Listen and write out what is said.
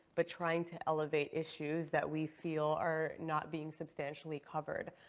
but trying to elevate issues that we feel are not being substantially covered.